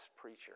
preacher